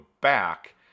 back